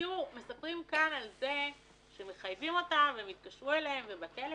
מספרים כאן על כך שמחייבים אותם והתקשרו אליהם בטלפון,